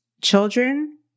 Children